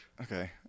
Okay